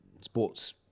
sports